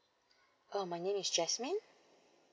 uh my name is jasmine